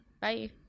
bye